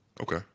Okay